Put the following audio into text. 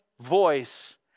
voice